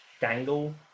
dangle